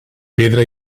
pedra